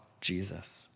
Jesus